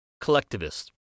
collectivist